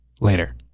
Later